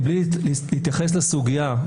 מבלי להתייחס לסוגיה,